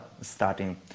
starting